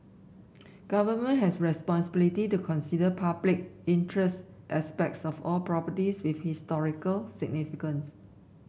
government has responsibility to consider public interest aspects of all properties with historical significance